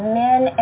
men